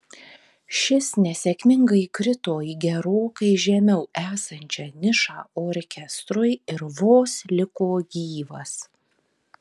šis nesėkmingai krito į gerokai žemiau esančią nišą orkestrui ir vos liko gyvas